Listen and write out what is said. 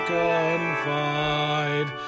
confide